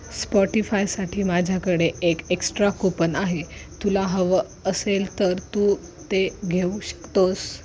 स्पॉटिफायसाठी माझ्याकडे एक extra coupon आहे तुला हवं असेल तर तू ते घेऊ शकतोस